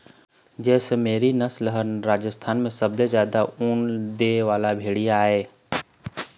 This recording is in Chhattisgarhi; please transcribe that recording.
जैसलमेरी नसल ह राजस्थान म सबले जादा ऊन दे वाला भेड़िया आय